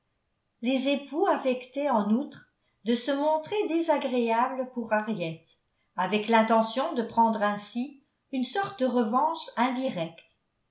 les époux affectaient en outre de se montrer désagréables pour henriette avec l'intention de prendre ainsi une sorte de revanche indirecte